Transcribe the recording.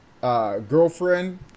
girlfriend